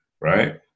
right